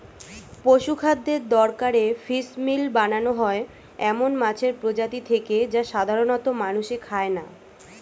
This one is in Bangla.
পশুখাদ্যের দরকারে ফিসমিল বানানো হয় এমন মাছের প্রজাতি থেকে যা সাধারনত মানুষে খায় না